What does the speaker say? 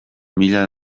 mila